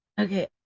Okay